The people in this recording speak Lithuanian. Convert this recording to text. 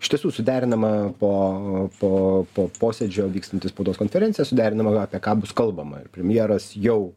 iš tiesų suderinama po po po posėdžio vykstanti spaudos konferencija suderinama apie ką bus kalbama ir premjeras jau